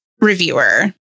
reviewer